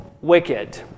wicked